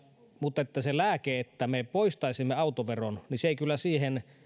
mutta se lääke että me poistaisimme autoveron ei kyllä siihen